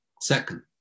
Second